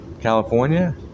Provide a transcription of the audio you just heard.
California